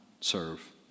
serve